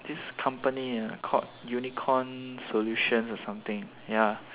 this company ah called Unicorn solutions or something ya